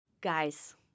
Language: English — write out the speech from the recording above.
Guys